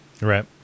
Right